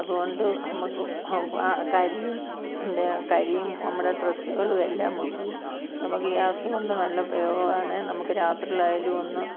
അതുകൊണ്ട് നമുക്ക് കരിയും കരിയും നമ്മുടെ ഡ്രസ്സുകളും എല്ലാം മുഷിയും നമുക്ക് ഗ്യാസുകൊണ്ട് നല്ല ഉപയോഗമാണ് നമുക്ക് രാത്രിയിലായാലും ഒന്ന്